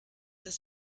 dass